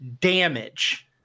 damage